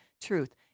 truth